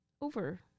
over